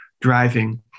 driving